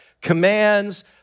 commands